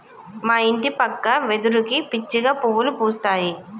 మా ఇంటి పక్క వెదురుకి పిచ్చిగా పువ్వులు పూస్తాయి